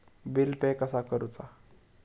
Bill pay कसा करुचा?